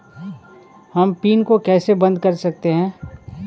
हम पिन को कैसे बंद कर सकते हैं?